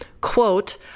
Quote